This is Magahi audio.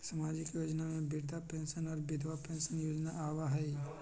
सामाजिक योजना में वृद्धा पेंसन और विधवा पेंसन योजना आबह ई?